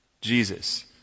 Jesus